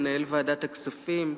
מנהל ועדת הכספים,